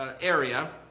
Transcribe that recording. area